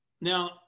Now